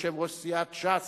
יושב-ראש סיעת ש"ס,